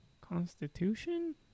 Constitution